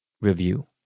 review